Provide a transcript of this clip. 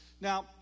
Now